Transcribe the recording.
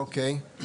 אוקיי.